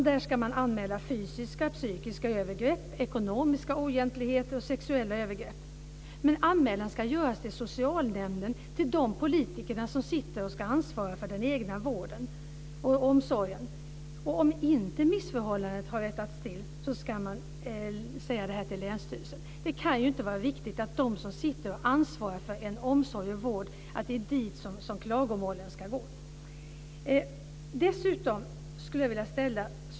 Där ska man anmäla fysiska och psykiska övergrepp, ekonomiska oegentligheter och sexuella övergrepp, men anmälan ska göras till socialnämnden, till de politiker som sitter och ska ansvara för den egna vården och omsorgen. Om missförhållandet inte har rättats till ska det anmälas till länsstyrelsen. Det kan inte vara riktigt att det är till dem som sitter och ansvarar för omsorg och vård som klagomålen ska gå.